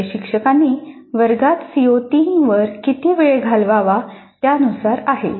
हे शिक्षकांनी वर्गात सीओ 3 वर किती वेळ घालवला त्यानुसार आहे